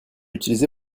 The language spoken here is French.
utiliser